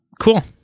Cool